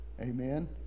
Amen